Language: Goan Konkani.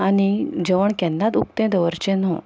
आनी जेवण केन्नात उक्तें दवरचें न्हू